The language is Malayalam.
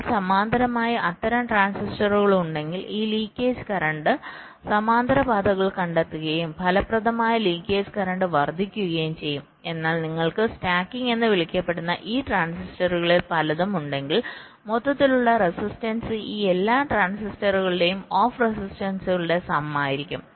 എന്നാൽ സമാന്തരമായി അത്തരം ട്രാൻസിസ്റ്ററുകൾ ഉണ്ടെങ്കിൽ ഈ ലീക്കേജ് കറന്റ് സമാന്തര പാതകൾ കണ്ടെത്തുകയും ഫലപ്രദമായ ലീക്കേജ് കറന്റ് വർദ്ധിക്കുകയും ചെയ്യും എന്നാൽ നിങ്ങൾക്ക് സ്റ്റാക്കിംഗ് എന്ന് വിളിക്കപ്പെടുന്ന ഈ ട്രാൻസിസ്റ്ററുകളിൽ പലതും ഉണ്ടെങ്കിൽ മൊത്തത്തിലുള്ള റെസിസ്റ്റൻസ് ഈ എല്ലാ ട്രാൻസിസ്റ്ററുകളുടെയും ഓഫ് റെസിസ്റ്റൻസുകളുടെ സം ആയിരിക്കും